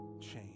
change